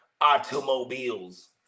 automobiles